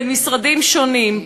בין משרדים שונים,